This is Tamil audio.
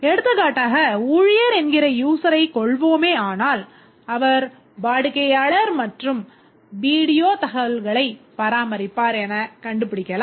எடுத்துக்காட்டாக ஊழியர் என்கிற user ஐ கொள்வோமேயானால் அவர் வாடிக்கையாளர் மற்றும் வீடியோ தகவல்களைப் பராமரிப்பார் எனக் கண்டுபிடிக்கலாம்